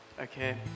okay